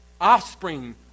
offspring